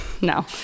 No